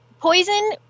poison